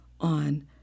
on